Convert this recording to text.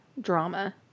drama